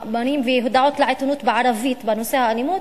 מאמרים והודעות לעיתונות בערבית בנושא האלימות,